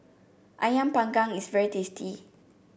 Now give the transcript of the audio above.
ayam Panggang is very tasty